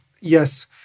Yes